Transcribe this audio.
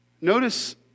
notice